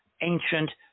ancient